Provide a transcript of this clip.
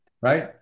right